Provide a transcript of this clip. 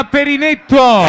Perinetto